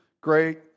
great